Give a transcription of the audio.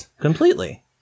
Completely